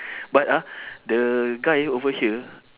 but ah the guy over here